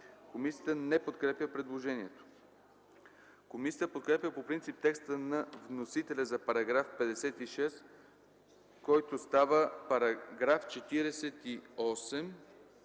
Комисията не подкрепя предложението. Комисията подкрепя по принцип текста на вносителя за § 68, който става § 64